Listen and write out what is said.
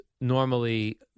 normally